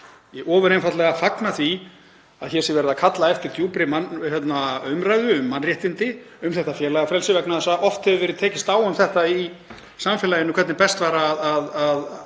Ég ofur einfaldlega fagna því að hér sé verið að kalla eftir djúpri umræðu um mannréttindi, um félagafrelsi. Oft hefur verið tekist á um það í samfélaginu hvernig best væri að